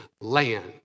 land